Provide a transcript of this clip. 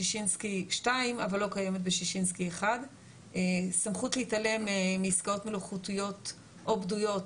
קיימת בשישינסקי 2 אבל לא קיימת בשישינסקי 1. סמכות להתעלם מעסקאות מלאכותיות או בדויות,